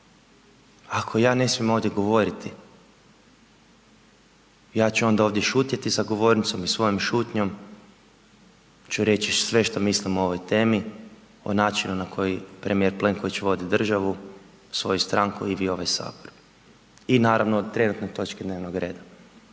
ako ja ne smijem ovdje govoriti, ja ću onda ovdje šutjeti za govornicom i svojom šutnjom ću reći sve što mislim o ovoj temi, o načinu na koji premijer Plenković vodi državu, svoju stranku i vi ovaj Sabor. I naravno o trenutnoj točki dnevnog reda.